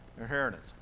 inheritance